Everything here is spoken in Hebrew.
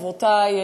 חברותי,